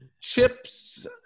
chips